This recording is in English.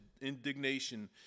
indignation